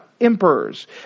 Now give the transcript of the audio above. Emperors